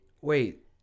Wait